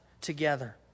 together